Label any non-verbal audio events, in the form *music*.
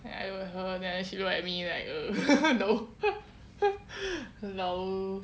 I look at her then she looked at me like err *laughs* no no